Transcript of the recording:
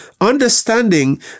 understanding